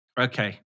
Okay